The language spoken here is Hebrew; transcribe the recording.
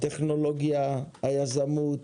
הטכנולוגיה, היזמות,